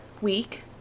week